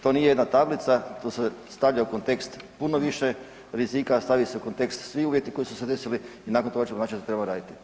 To nije jedna tablica, to se stavlja u kontekst puno više rizika, stavi se u kontekst svi uvjeti koji su se desili i nakon toga ćemo znati što treba raditi.